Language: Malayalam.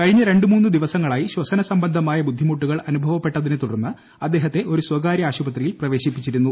കഴിഞ്ഞ രണ്ടു മൂന്ന് ദിവസങ്ങളായി ശ്വസന സംബന്ധമായ ബുദ്ധിമുട്ടുകൾ അനുഭവപ്പെട്ടതിനെ തുടർന്ന് അദ്ദേഹത്തെ ഒരു സ്വകാര്യ ആശുപത്രിയിൽ പ്രവേശിപ്പിച്ചിരുന്നു